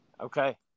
Okay